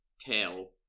tell